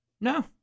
no